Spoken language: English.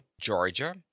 Georgia